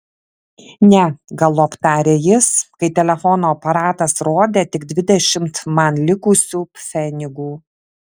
ne galop tarė jis kai telefono aparatas rodė tik dvidešimt man likusių pfenigų